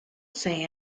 say